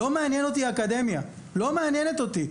לא מעניינת אותי האקדמיה, לא מעניינת אותי.